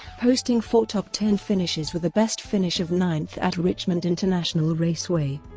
posting four top-ten finishes with a best finish of ninth at richmond international raceway.